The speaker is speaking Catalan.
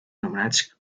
anomenats